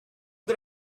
did